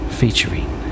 featuring